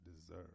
deserve